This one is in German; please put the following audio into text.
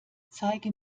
zeige